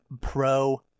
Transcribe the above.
pro